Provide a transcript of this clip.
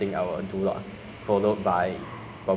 my friends or uh strangers